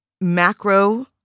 macro